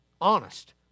Honest